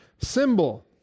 symbol